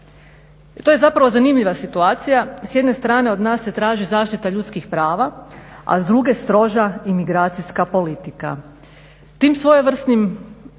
To je zapravo zanimljiva situacija, s jedne strane od nas se traži zaštita ljudskih prava, a s druge stroža imigracijska politika. Tim svojevrsnim